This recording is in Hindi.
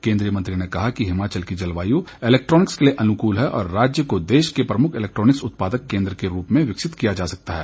केंद्रीय मंत्री ने कहा कि हिमाचल की जलवायु इलैक्ट्रॉनिक्स के लिए अनुकूल है और राज्य को देश के प्रमुख इलैक्ट्रॉनिक उत्पादक केंद्र के रूप में विकसित किया जा सकता है